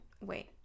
Wait